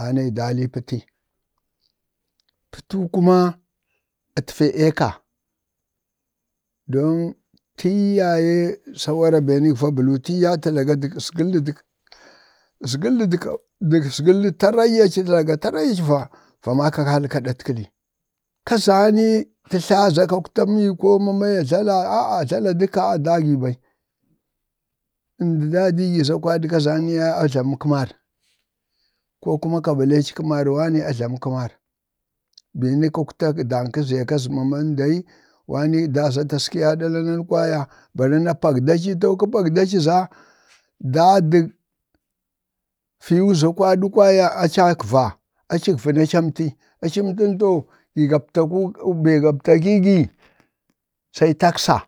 anayi dali n pəti, pətuwu kuma ətfee eeka don tii ya ye sawara be nii va bəluu, tii yaye dək azgəlli dək kə ajlaŋ kazi mama wanii daa za taskiya nii ɗala nanu kwaya bari na pagda ci, to kə pagda ci za daa dək feewa za kwadu kwaya aca-agva, a ci əgva ni aciamti, aci əmtən to gi gaptakuu bee gaptakii gi, sai taksa.